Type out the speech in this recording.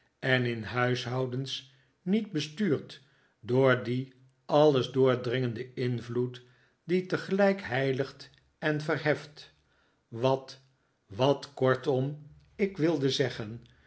en in huishoudens niet bestuurd door dien alles doordringenden invloed die tegelijk heiligt en verheft wat wat kortom ik wilde zeggen